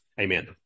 Amen